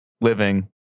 living